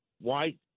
white